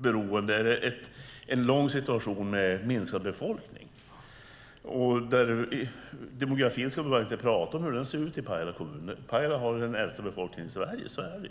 långvarig situation med minskande befolkning. Hur demografin ser ut i Pajala kommun ska vi bara inte prata om. Pajala har den äldsta befolkningen i Sverige.